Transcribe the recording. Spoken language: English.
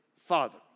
father